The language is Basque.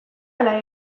ala